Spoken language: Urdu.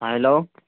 ہاں ہیلو